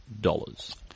dollars